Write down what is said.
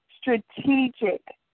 strategic